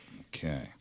Okay